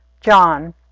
John